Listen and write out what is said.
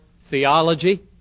theology